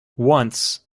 once